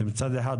מצד אחד,